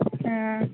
ആ